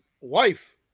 wife